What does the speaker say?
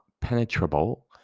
penetrable